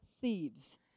thieves